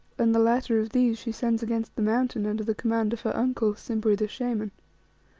and the latter of these she sends against the mountain under the command of her uncle, simbri the shaman.